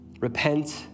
Repent